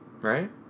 Right